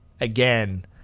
again